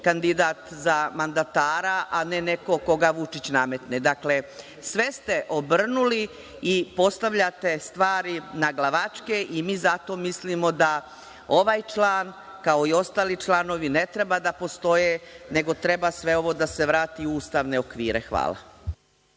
kandidat za mandatara, a ne neko koga Vučić nametne. Dakle, sve ste obrnuli i postavljate stvari naglavačke, i mi zato mislimo da ovaj član, kao i ostali članovi, ne treba da postoje, nego treba sve ovo da se vrati u ustavne okvire. Hvala.